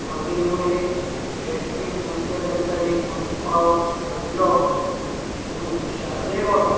मागीर म्हूण एक टॅक्सींत बसले नंतर एक म्हूण पावस झडलो पूण तूं हुशार रे बाबा